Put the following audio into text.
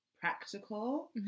practical